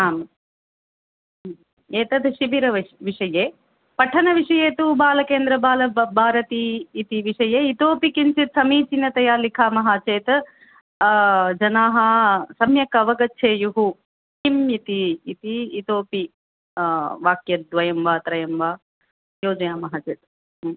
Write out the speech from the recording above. आं एतद् शिबिर विश् विषये पठनविषये तु बालकेन्द्रं बाल ब बालभारती इति विषये इतोपि किञ्चित् समीचीनतया लिखामः चेत् जनाः सम्यक् अवगच्छेयुः किम् इति इति इतोपि वाक्यद्वयं वा त्रयं वा योजयामः चेत्